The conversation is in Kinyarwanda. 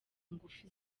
ngufu